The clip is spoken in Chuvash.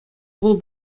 вӑл